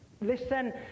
listen